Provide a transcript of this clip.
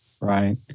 Right